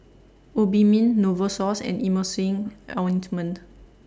Obimin Novosource and Emulsying Ointment